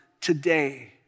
today